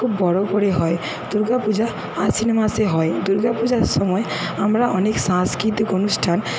খুব বড়ো করে হয় দুর্গাপূজা আশ্বিন মাসে হয় দুর্গাপূজার সময় আমরা অনেক সাংস্কৃতিক অনুষ্ঠান